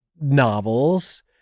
novels